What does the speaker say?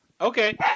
Okay